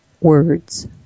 words